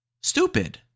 stupid